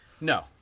No